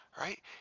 right